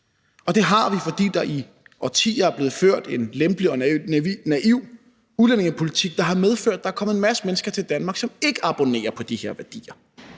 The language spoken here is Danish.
Det har vi, fordi der i årtier er blevet ført en lempelig og naiv udlændingepolitik, der har medført, at der er kommet en masse mennesker til Danmark, som ikke abonnerer på de her værdier,